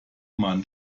man